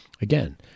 Again